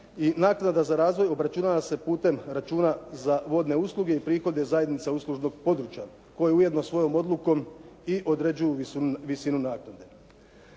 naknada za razvoj obračunava se putem računa za vodne usluge i prihode zajednica uslužnog područja koje ujedno svojom odlukom i određuju visinu naknade.